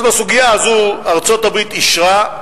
אז בסוגיה הזו, ארצות-הברית אישרה,